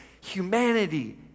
Humanity